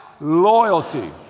loyalty